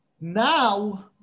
Now